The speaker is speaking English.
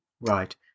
Right